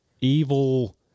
evil